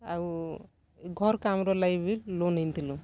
ଆଉ ଘର୍ କାମ୍ ର ଲାଗି ବି ଲୋନ୍ ଆଣିଥିଲୁ